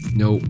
no